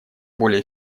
более